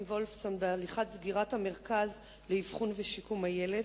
"וולפסון" בהליכי סגירת המרכז לאבחון ושיקום הילד.